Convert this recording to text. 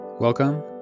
Welcome